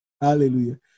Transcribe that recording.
Hallelujah